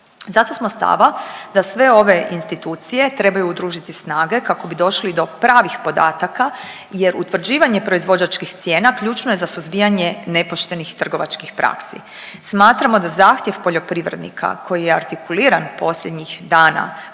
Zato smo stava da sve ove institucije trebaju udružiti snage kako bi došli do pravih podataka jer utvrđivanje proizvođačkih cijena ključno je za suzbijanje nepoštenih trgovačkih praksi. Smatramo da zahtjev poljoprivrednika koji je artikuliran posljednjih dana